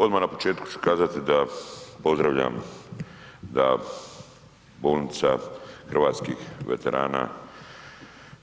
Odmah na početku ću kazati da pozdravljam da Bolnica hrvatskih veterana